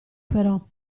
però